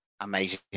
amazing